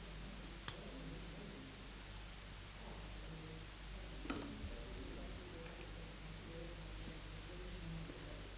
okay